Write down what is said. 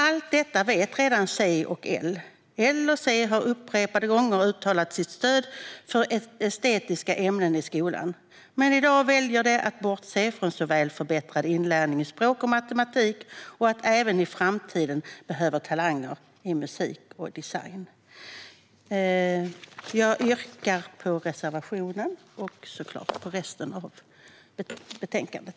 Allt detta vet redan C och L. De har upprepade gånger uttalat sitt stöd för estetiska ämnen i skolan. Men i dag väljer de att bortse från förbättrad inlärning i såväl språk som matematik och att vi även i framtiden behöver talanger i musik och design. Jag yrkar bifall till reservationen och i övrigt till förslaget i betänkandet.